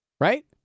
Right